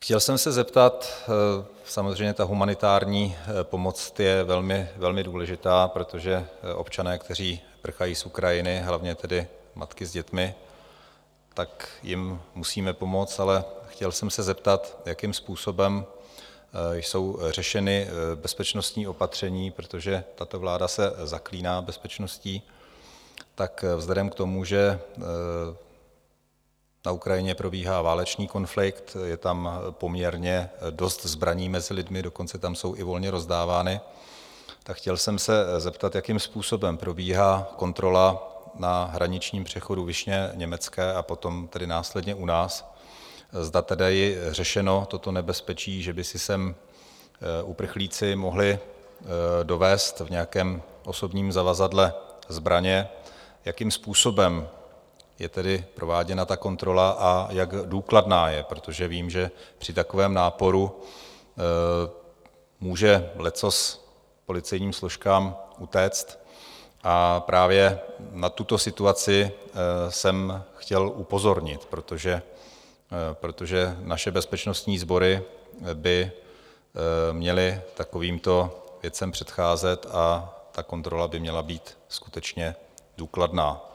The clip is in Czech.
Chtěl jsem se zeptat: samozřejmě humanitární pomoc je velmi důležitá, protože občané, kteří prchají z Ukrajiny, hlavně tedy matky s dětmi, tak jim musíme pomoct, ale chtěl jsem se zeptat, jakým způsobem jsou řešena bezpečnostní opatření, protože tato vláda se zaklíná bezpečností, tak vzhledem k tomu, že na Ukrajině probíhá válečný konflikt, je tam poměrně dost zbraní mezi lidmi, dokonce tam jsou i volně rozdávány, chtěl jsem se zeptat, jakým způsobem probíhá kontrola na hraničním přechodu Vyšné Nemecké, a potom tedy následně u nás, zda tedy je řešeno toto nebezpečí, že by si sem uprchlíci mohli dovézt v nějakém osobním zavazadle zbraně, jakým způsobem je tedy prováděna ta kontrola a jak důkladná je, protože vím, že při takovém náporu může leccos policejním složkám utéct, a právě na tuto situaci jsem chtěl upozornit, protože naše bezpečnostní sbory by měly takovýmto věcem předcházet a ta kontrola by měla být skutečně důkladná.